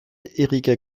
erika